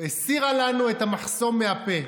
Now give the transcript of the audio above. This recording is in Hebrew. הסירה לנו את המחסום מהפה,